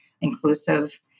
inclusive